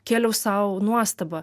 kėliau sau nuostabą